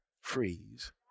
freeze